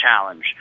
challenge